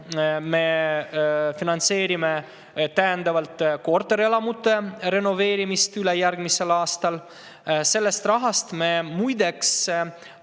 me finantseerime täiendavalt korterelamute renoveerimist ülejärgmisel aastal. Selle rahaga me toetame